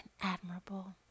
admirable